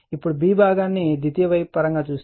ఇప్పుడు b భాగాన్ని ద్వితీయ వైపు పరంగా సూచిస్తారు